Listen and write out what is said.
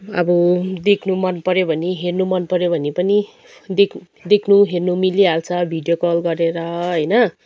अब देख्नु मनपऱ्यो भने हेर्नु मनपऱ्यो भने पनि देक देख्नु हेर्नु मिलिहाल्छ भिडियो कल गरेर होइन